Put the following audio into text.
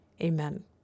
Amen